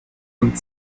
und